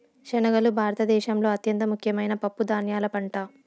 శనగలు భారత దేశంలో అత్యంత ముఖ్యమైన పప్పు ధాన్యాల పంట